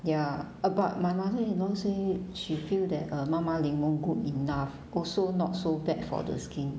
ya uh but my mother-in-law say she feel that uh 妈妈柠檬 good enough also not so bad for the skin